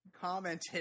commented